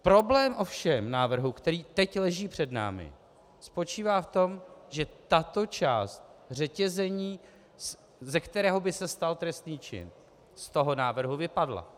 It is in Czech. Problém návrhu ovšem, který teď leží před námi, spočívá v tom, že tato část řetězení, ze kterého by se stal trestný čin, z toho návrhu vypadla.